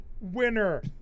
winner